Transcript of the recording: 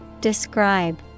Describe